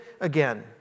again